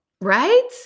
Right